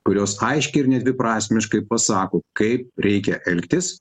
kurios aiškiai ir nedviprasmiškai pasako kaip reikia elgtis